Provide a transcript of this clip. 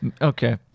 Okay